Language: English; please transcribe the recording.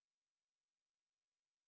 what else